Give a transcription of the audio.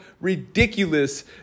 ridiculous